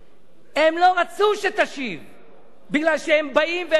בגלל שהם באים והם רוצים לשנות לחלוטין את כל העניין הזה.